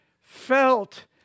felt